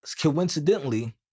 Coincidentally